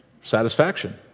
Satisfaction